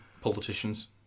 Politicians